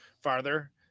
farther